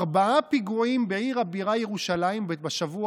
ארבעה פיגועים בעיר הבירה ירושלים בשבוע